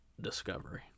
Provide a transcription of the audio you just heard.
Discovery